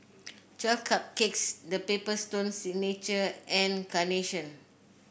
Twelve Cupcakes The Paper Stone Signature and Carnation